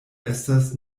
estas